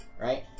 right